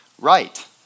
right